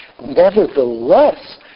Nevertheless